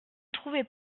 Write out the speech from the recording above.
trouvait